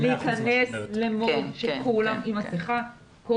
צריך להיכנס למוד שכולם עם מסכה.